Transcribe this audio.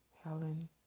Helen